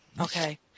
Okay